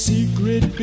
Secret